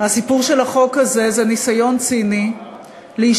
הסיפור של החוק הזה זה ניסיון ציני להשתמש